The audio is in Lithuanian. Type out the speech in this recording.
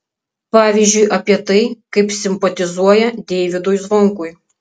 pavyzdžiui apie tai kaip simpatizuoja deivydui zvonkui